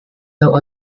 now